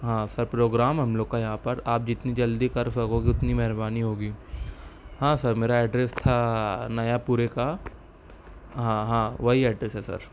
ہاں sir programme ہم لوگ کا یہاں پر آپ جتنی جلدی کر سکو گے اتنی مہربانی ہوگی ہاں سر میرا ایڈریس تھا نیا پورے کا ہاں ہاں وہی ایڈریس ہے سر